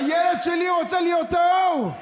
הילד שלי רוצה להיות טהור.